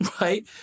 right